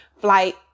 flight